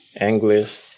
English